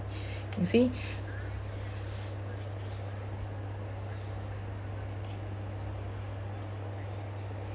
you see